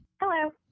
Hello